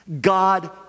God